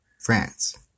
France